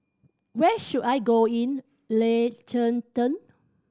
where should I go in Liechenten